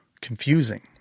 confusing